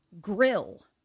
grill